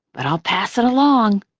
but i'll pass it along.